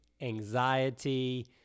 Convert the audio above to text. anxiety